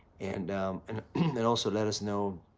and and then also, let us know,